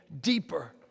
deeper